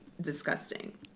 disgusting